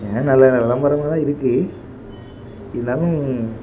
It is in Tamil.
இதை மாதிரி நல்ல விளம்பரங்கெல்லாம் இருக்குது இருந்தாலும்